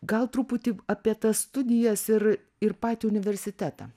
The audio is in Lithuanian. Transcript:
gal truputį apie tas studijas ir ir patį universitetą